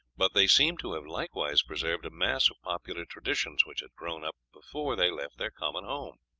but they seem to have likewise preserved a mass of popular traditions which had grown up before they left their common home.